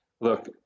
Look